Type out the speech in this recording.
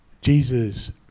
Jesus